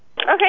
Okay